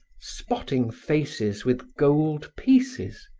spotting faces with gold pieces,